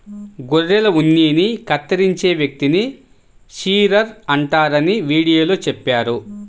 గొర్రెల ఉన్నిని కత్తిరించే వ్యక్తిని షీరర్ అంటారని వీడియోలో చెప్పారు